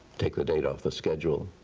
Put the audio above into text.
take the date off the schedule.